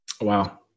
Wow